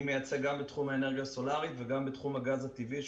אני מייצג גם בתחום האנרגיה הסולארית וגם בתחום הגז הטבעי,